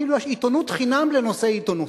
כאילו יש עיתונות חינם לנושא עיתונות.